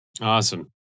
Awesome